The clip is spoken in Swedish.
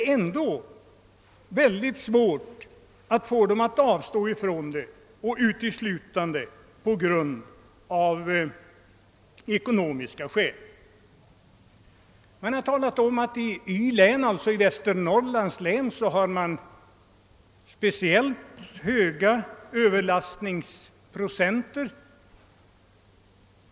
Av ekonomiska skäl anser de sig ändå inte kunna avstå från sådana. Det har sagts att överlastningsprocenten är speciellt hög i Västernorrlands län.